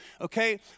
Okay